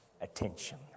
attention